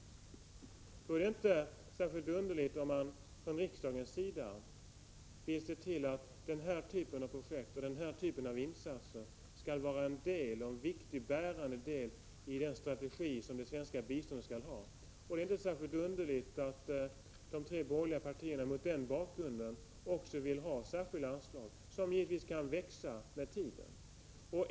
Då är det inte särskilt underligt om man från riksdagens sida vill se till att den här typen av projekt och insatser skall utgöra en viktig och bärande del när det gäller den strategi som det svenska biståndet skall ha. Det är alltså inte särskilt underligt att de tre borgerliga partierna vill ha särskilda anslag, som givetvis kan växa med tiden.